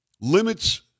limits